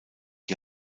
die